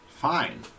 Fine